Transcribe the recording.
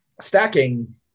stacking